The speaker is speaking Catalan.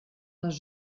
les